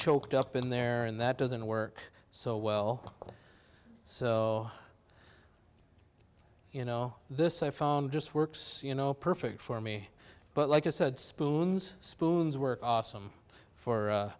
choked up in there and that doesn't work so well so you know this i found just works you know perfect for me but like i said spoons spoons were awesome for